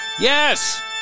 Yes